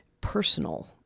personal